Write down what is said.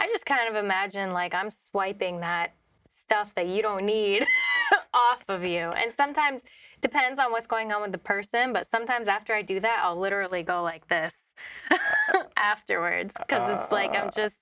i just kind of imagine like i'm swiping that stuff that you don't need off of you and sometimes it depends on what's going on in the person but sometimes after i do that i'll literally go like this afterwards like i'm just